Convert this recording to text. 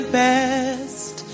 best